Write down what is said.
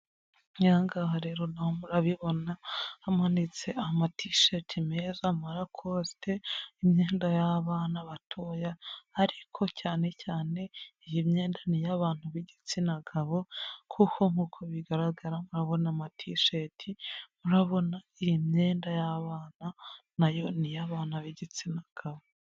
Ahangaha rero murabibona hamanitse ama tisheti meza, ama rakosite, imyenda y'abana batoya, ariko cyane cyane, iyi myenda ni y'abantu b'igitsina gabo, kuko nk'uko bigaragara, murabona ama tisheti, murabona iyi myenda y'abana, nayo ni iy'abana b'igitsina gabo.